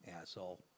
Asshole